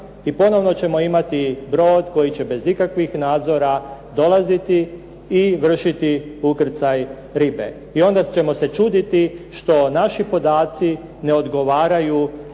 i ponovno ćemo imati brod koji će bez ikakvih nadzora dolaziti i vršiti ukrcaj ribe. I onda ćemo se čuditi što naši podaci ne odgovaraju